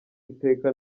iteka